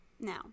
now